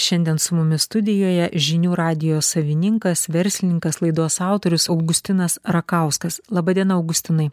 šiandien su mumis studijoje žinių radijo savininkas verslininkas laidos autorius augustinas rakauskas laba diena augustinai